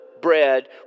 bread